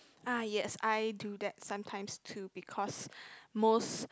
ah yes I do that sometimes too because most